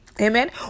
Amen